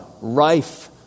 rife